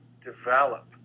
develop